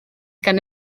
gan